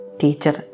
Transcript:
teacher